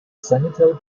sentinel